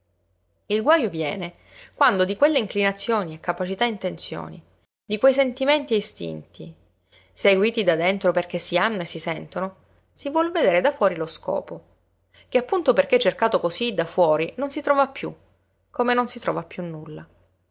il guajo viene quando di quelle inclinazioni e capacità e intenzioni di quei sentimenti e istinti seguiti da dentro perché si hanno e si sentono si vuol vedere da fuori lo scopo che appunto perché cercato cosí da fuori non si trova più come non si trova più nulla